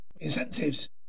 incentives